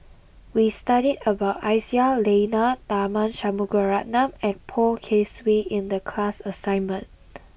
we studied about Aisyah Lyana Tharman Shanmugaratnam and Poh Kay Swee in the class assignment